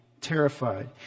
terrified